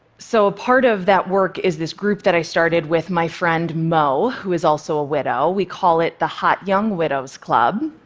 so part of that work is this group that i started with my friend moe, who is also a widow we call it the hot young widows club.